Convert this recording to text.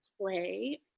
play